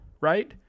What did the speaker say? right